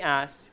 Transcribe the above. ask